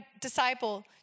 disciple